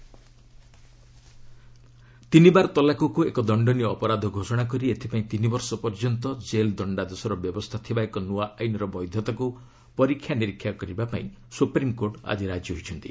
SC triple ତଲାକ୍ ତିନିବାର ତଲାକ୍କୁ ଏକ ଦଶ୍ଚନୀୟ ଅପରାଧ ଘୋଷଣା କରି ଏଥିପାଇଁ ତିନି ବର୍ଷ ପର୍ଯ୍ୟନ୍ତ ଜେଲ୍ ଦକ୍ଷାଦେଶର ବ୍ୟବସ୍ଥା ଥିବା ଏକ ନୂଆ ଆଇନର ବୈଧତାକୁ ପରୀକ୍ଷା ନିରୀକ୍ଷା କରିବାପାଇଁ ସୁପ୍ରିମ୍କୋର୍ଟ ଆଜି ରାଜି ହୋଇଛନ୍ତି